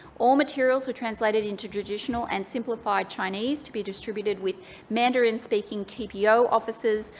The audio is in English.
all materials were translated into traditional and simplified chinese to be distributed with mandarin-speaking tpo officers,